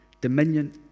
dominion